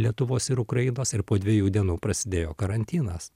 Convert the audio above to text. lietuvos ir ukrainos ir po dviejų dienų prasidėjo karantinas